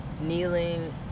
kneeling